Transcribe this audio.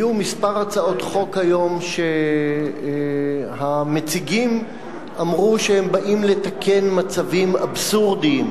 היו היום כמה הצעות חוק שמציגיהן אמרו שהם באים לתקן מצבים אבסורדיים,